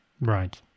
right